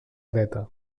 dreta